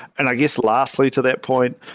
and i guess, lastly to that point,